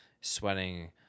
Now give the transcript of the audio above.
sweating